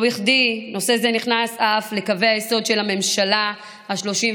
לא בכדי נושא זה נכנס אף לקווי היסוד של הממשלה השלושים-וחמש,